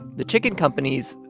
the chicken companies,